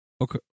Okay